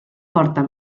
forta